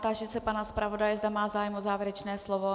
Táži se pana zpravodaje, zda má zájem o závěrečné slovo.